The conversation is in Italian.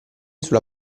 sulla